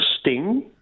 sting